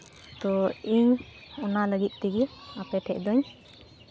ᱛᱚ ᱤᱧ ᱚᱱᱟ ᱞᱟᱹᱜᱤᱫ ᱛᱮᱜᱮ ᱟᱯᱮ ᱴᱷᱮᱡ ᱫᱚᱧ